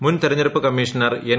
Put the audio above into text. മുൻ മതെരഞ്ഞെടുപ്പ് commissioner N